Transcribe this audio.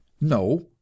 No